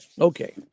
okay